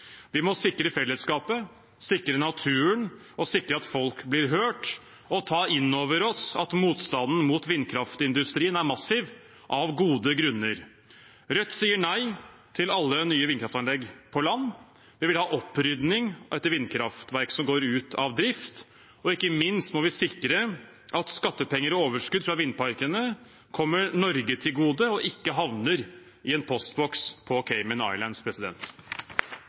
Vi må sikre fellesskapet, sikre naturen og sikre at folk blir hørt, og ta inn over oss at motstanden mot vindkraftindustrien er massiv av gode grunner. Rødt sier nei til alle nye vindkraftanlegg på land. Vi vil ha opprydning etter vindkraftverk som går ut av drift. Ikke minst må vi også sikre at skattepenger og overskudd fra vindparkene kommer Norge til gode og ikke havner i en postboks på Cayman